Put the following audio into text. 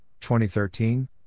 2013